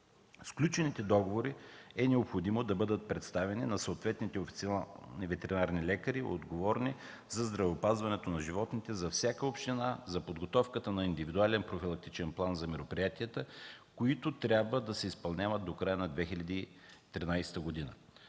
Сключените договори е необходимо да бъдат представени на съответните официални ветеринарни лекари, отговорни за здравеопазването на животните за всяка община, за подготовката на индивидуален профилактичен план за мероприятията, които трябва да се изпълняват до края на 2013 г.